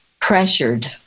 pressured